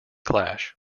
clash